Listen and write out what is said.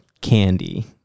candy